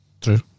true